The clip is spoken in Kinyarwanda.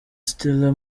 stella